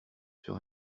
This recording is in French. sur